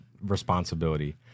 responsibility